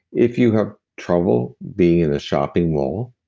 if you have trouble being in a shopping mall,